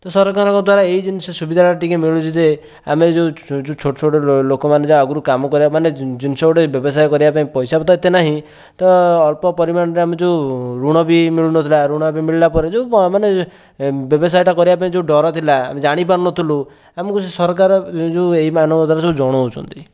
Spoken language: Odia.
ତ ସରକାରଙ୍କ ଦ୍ୱାରା ଏହି ଜିନିଷ ସୁବିଧାଟା ଟିକେ ମିଳୁଛି ଯେ ଆମେ ଯେଉଁ ଛୋଟ ଛୋଟ ଲୋକମାନେ ଯୋ ଆଗରୁ କାମ କରିବା ମାନେ ଜିନିଷ ଗୋଟେ ଵେବସାୟ କରିବା ପାଇଁ ପଇସା ଏତେ ନାହିଁ ତ ଅଳ୍ପ ପରିମାଣରେ ଆମେ ଯେଉଁ ଋଣବି ମିଳୁନଥିଲା ଋଣ ବି ମିଳିଲା ପରେ ଯେଉଁ ମାନେ ଵେବସାୟ ଟା କରିବା ପାଇଁ ଯେଉଁ ଡର ଥିଲା ଆମେ ଜାଣିପାରୁନଥିଲୁ ଆମକୁ ସେ ସରକାର ଏ ଯେଉଁ ଏମାନଙ୍କ ଦ୍ୱାରା ସବୁ ଜଣଉଛନ୍ତି